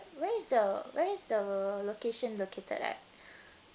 where is the where is the location located at